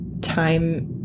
time